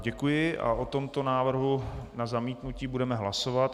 Děkuji a o tomto návrhu na zamítnutí budeme hlasovat.